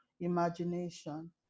imagination